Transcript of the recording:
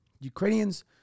Ukrainians